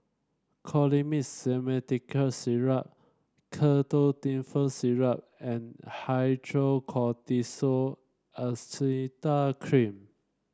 Colimix Simethicone Syrup Ketotifen Syrup and Hydrocortisone Acetate Cream